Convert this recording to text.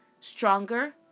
stronger